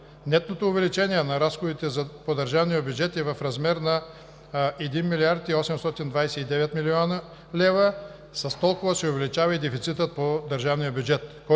Нетното увеличение на разходите по държавния бюджет е в размер на 1 млрд. 829 млн. лева. С толкова се увеличава и дефицитът по държавния бюджет,